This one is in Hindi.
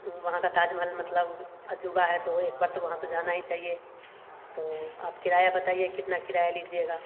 वहाँ का ताजमहल मतलब अजूबा है तो एक बार तो वहाँ जाना ही चाहिए तो आप किराया बताइए कितना किराया लीजिएगा